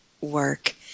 work